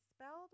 spelled